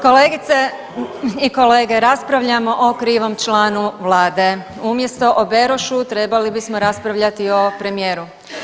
Kolegice i kolege, raspravljamo o krivom članu vlade, umjesto Berošu trebali bismo raspravljati o premijeru.